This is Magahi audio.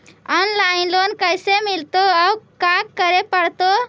औनलाइन लोन कैसे मिलतै औ का करे पड़तै?